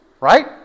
Right